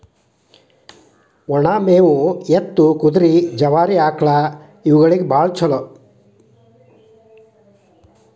ಒನ ಮೇವು ಎತ್ತು, ಕುದುರೆ, ಜವಾರಿ ಆಕ್ಳಾ ಇವುಗಳಿಗೆ ಬಾಳ ಚುಲೋ